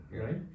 right